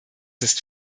ist